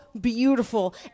beautiful